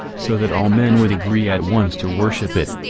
so that all men would agree at once to worship it.